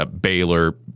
Baylor